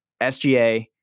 SGA